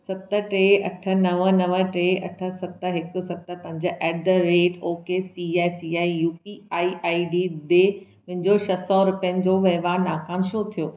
सत टे अठ नव नव टे अठ सत हिकु सत पंज at the rate O K I C I C I U P I I D ॾे मुंहिंजो छ सौ रुपियनि जो वहिंवारु नाकामु छो थियो